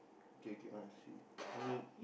K K now I see hold it